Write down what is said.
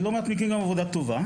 ובלא מעט מקרים גם עבודה טובה.